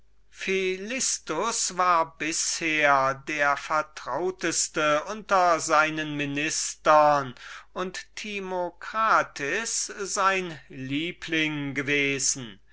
war bisher der vertrauteste unter seinen ministern und timocrates sein liebling gewesen